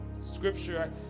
scripture